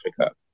Africa